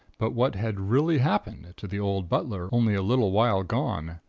but what had really happened to the old butler only a little while gone,